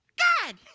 good!